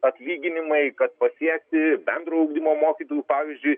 atlyginimai kad pasiekti bendro ugdymo mokytojų pavyzdžiui